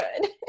good